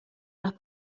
las